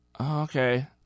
Okay